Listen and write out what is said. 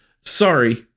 Sorry